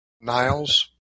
Niles